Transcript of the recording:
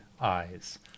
eyes